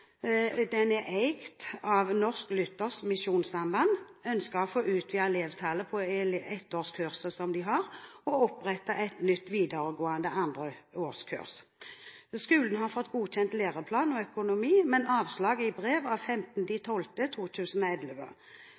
er eid av Norsk Luthersk Misjonssamband. De ønsker å få utvide elevtallet på ettårskurset som de har, og opprette et nytt videregående andreårskurs. Skolen har fått godkjent læreplan og økonomi, men fikk avslag i brev av 15. desember 2011. Felles for begge skolene er at de